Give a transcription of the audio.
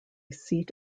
seat